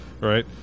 Right